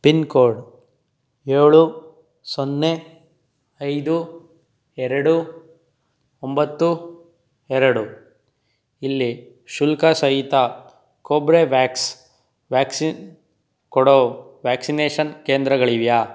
pin code ಏಳು ಸೊನ್ನೆ ಐದು ಎರಡು ಒಂಬತ್ತು ಎರಡು ಇಲ್ಲಿ ಶುಲ್ಕಸಹಿತ ಕೋರ್ಬೆವ್ಯಾಕ್ಸ್ ವ್ಯಾಕ್ಸಿನ್ ಕೊಡೋ ವ್ಯಾಕ್ಸಿನೇಷನ್ ಕೇಂದ್ರಗಳಿವೆಯೇ